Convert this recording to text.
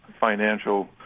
financial